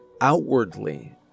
outwardly